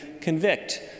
convict